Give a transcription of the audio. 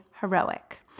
heroic